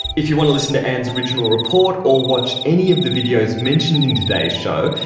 if you want to listen to ann's original report or watch any of the videos mentioned in today's show,